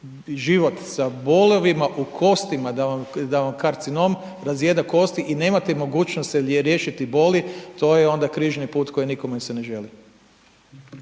život sa bolovima u kostima da vam karcinom razjeda kosti i nemate mogućnost se riješiti boli to je onda križni put koji nikome se ne želi.